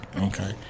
Okay